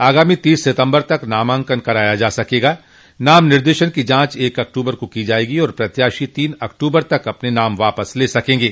आगामी तीस सितम्बर तक नामांकन कराया जा सकेगा नाम निर्देशन की जांच एक अक्टूबर को की जायेगी और प्रत्याशी तीन अक्टूबर तक अपने नाम वापस ले सकेंगे